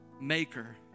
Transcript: maker